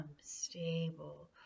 stable